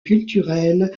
culturelle